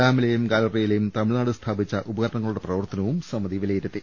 ഡാമിലെയും ഗാലറിയിലേയും തമിഴ്നാട് സ്ഥാപിച്ച ഉപകരണങ്ങളുടെയും പ്രവർത്തനവും സമിതി വിലയിരുത്തി